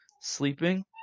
Sleeping